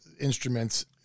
instruments